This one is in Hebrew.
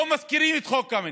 לא מזכירים את חוק קמיניץ,